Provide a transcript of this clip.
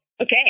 Okay